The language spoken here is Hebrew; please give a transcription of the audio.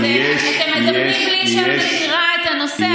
אתם מדברים, בלי שאת מכירה את הנושא.